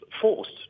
forced